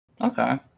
Okay